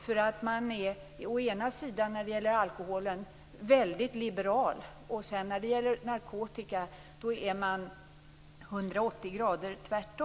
De är å ena sidan väldigt liberala när det gäller alkohol, men när det gäller narkotika vänder de 180 grader åt andra hållet.